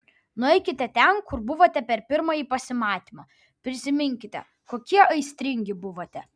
nueikite ten kur buvote per pirmąjį pasimatymą prisiminkite kokie aistringi buvote